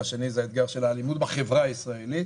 והשני זה האתגר של האלימות בחברה הישראלית.